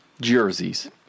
jerseys